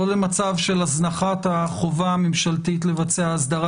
לא למצב של הזנחת החובה הממשלתית לבצע אסדרה